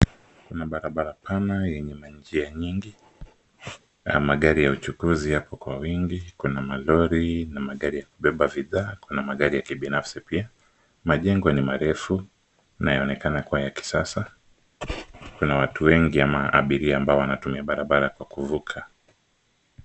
Kuna barabara pana yenye manjia nyingi na magari ya uchukuzi yako kwa wingi. Kuna malori na magari ya kubeba bidhaa. Kuna magari ya kibinafsi pia. Majengo ni marefu na yanaonekana kuwa ya kisasa. Kuna watu wengi ama abiria wanaotumia barabara kuvuka.